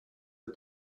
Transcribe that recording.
are